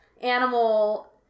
Animal